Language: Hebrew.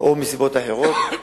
או מסיבות אחרות,